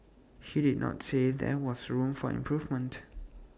he did not say there was room for improvement